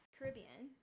Caribbean